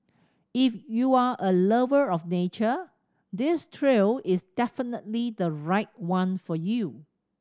if you're a lover of nature this trail is definitely the right one for you